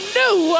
new